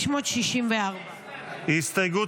564. הסתייגות